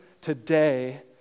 today